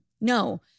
No